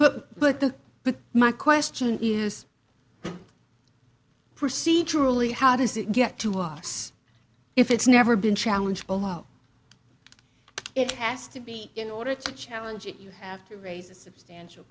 k but the but my question is procedurally how does it get to us if it's never been challenged below it has to be in order to challenge it you have to raise a substantial